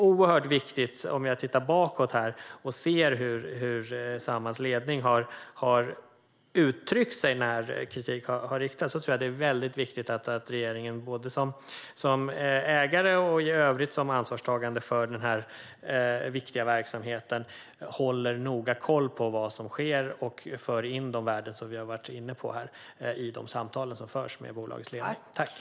Om jag tittar bakåt och ser på hur Samhalls ledning har uttryckt sig när kritik har riktats mot bolaget tror jag att det är väldigt viktigt att regeringen, både som ägare och i övrigt som ansvarstagande för denna viktiga verksamhet, håller noga koll på vad som sker och i de samtal som förs med bolagets ledning för in de värden vi har varit inne på här.